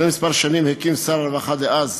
לפני שנים מספר הקים שר הרווחה דאז